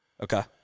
Okay